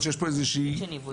יש פה איזה נעלם שצריך לפתור.